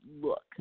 look